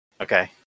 Okay